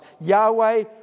Yahweh